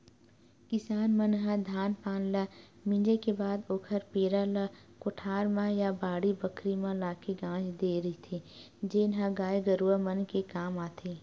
किसान मन ह धान पान ल मिंजे के बाद ओखर पेरा ल कोठार म या बाड़ी बखरी म लाके गांज देय रहिथे जेन ह गाय गरूवा मन के काम आथे